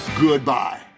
goodbye